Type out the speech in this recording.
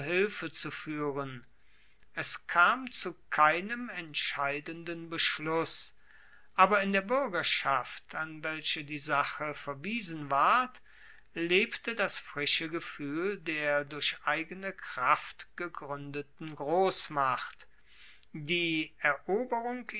hilfe zu fuehren er kam zu keinem entscheidenden beschluss aber in der buergerschaft an welche die sache verwiesen ward lebte das frische gefuehl der durch eigene kraft gegruendeten grossmacht die eroberung